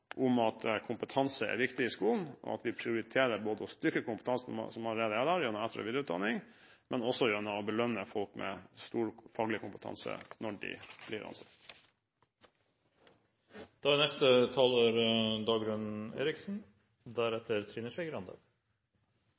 om at kompetanse er viktig i skolen, og at vi prioriterer både å styrke kompetansen som allerede er der, gjennom etter- og videreutdanning, og å belønne folk med stor faglig kompetanse når de blir ansatt. Det er